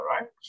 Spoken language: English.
right